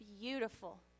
beautiful